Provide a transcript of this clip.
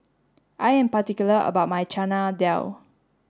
I am particular about my Chana Dal